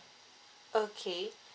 okay